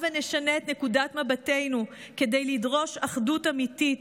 הבה נשנה את נקודת מבטנו כדי לדרוש אחדות אמיתית,